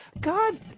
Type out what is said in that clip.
God